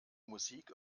musik